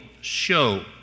show